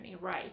right